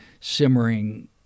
simmering